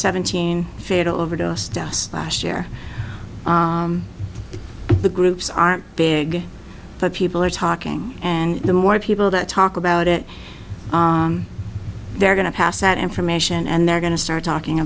seventeen fatal overdose deaths last year the groups aren't big but people are talking and the more people that talk about it they're going to pass that information and they're going to start talking